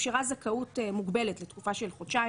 התאפשרה זכאות מוגבלת לתקופה של חודשיים